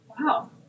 Wow